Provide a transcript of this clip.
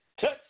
touch